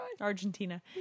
argentina